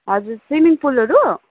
हजुर स्विमिङ पुलहरू